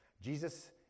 Jesus